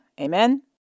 Amen